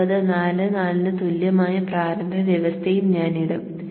19444 ന് തുല്യമായ പ്രാരംഭ അവസ്ഥയും ഞാൻ ഇടും